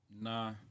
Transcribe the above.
Nah